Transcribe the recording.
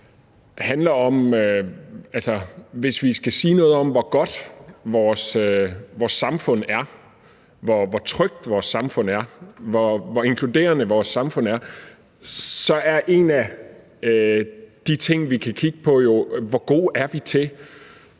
Hvis vi skal vide noget om, hvor godt vores samfund er, hvor trygt vores samfund er, hvor inkluderende vores samfund er, så er noget af det, vi jo kan kigge på, hvor gode vi er til